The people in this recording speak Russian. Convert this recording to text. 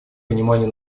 понимание